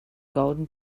golden